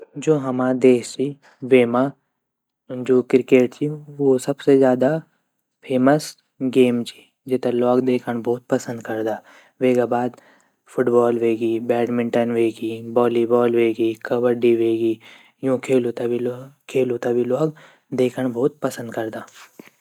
जू हमा देश ची वेमा जो क्रिकेट ची ऊ सबसे ज़्यादा फेमस गेम ची वेते ल्वोग देखंड भोत पसंद करदा वेगा बाद फुटबॉल वेगी बबैडमिंटन वेगी वॉलीबाल वेगी कब्बडी वेगी यू खेलू ते भी लवोग देखंड भोत पसंद करदा।